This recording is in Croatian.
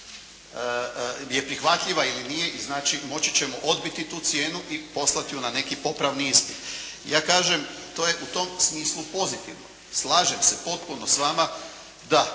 je prihvatljiva ili nije. I znači moći ćemo odbiti tu cijenu i poslati ju na neki popravni ispit. Ja kažem to je u tom smislu pozitivno. Slažem se potpuno s vama da,